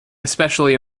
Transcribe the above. especially